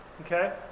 Okay